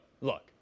look